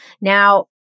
Now